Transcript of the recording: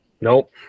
Nope